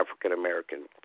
african-american